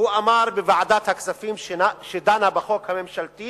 אמר בוועדת הכספים שדנה בחוק הממשלתי